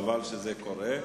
חבל שזה קורה,